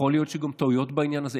ויכול להיות שהיו גם טעויות בעניין הזה.